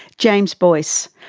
james boyce,